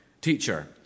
Teacher